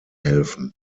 helfen